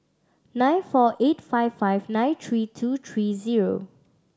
nine four eight five five nine three two three zero